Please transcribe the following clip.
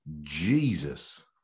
Jesus